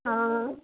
ஆ